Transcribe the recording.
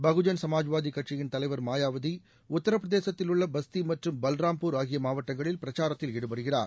பகுஜன் சமாஜ்வாதி கட்சியின் தலைவர் மாயாவதி உத்திரபிரசேதத்திலுள்ள பஸ்தி மற்றும் பல்ராம்பூர் ஆகிய மாவட்டங்களில் பிரச்சாரத்தில் ஈடுபடுகிறார்